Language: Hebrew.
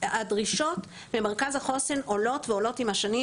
והדרישות במרכז החוסן עולות ועולות עם השנים,